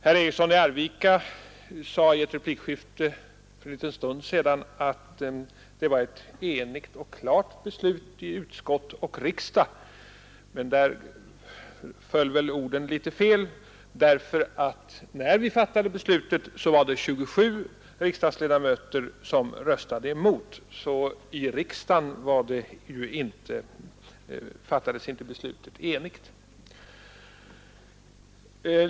Herr Eriksson i Arvika sade för en liten stund sedan i ett replikskifte att det var ett enigt och klart beslut i utskott och riksdag, men där föll väl orden litet felaktigt. När vi fattade beslutet var det 27 riksdagsledamöter som röstade emot. I riksdagen var alltså beslutet inte enigt.